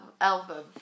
album